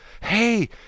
Hey